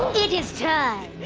it is time.